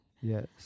yes